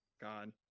God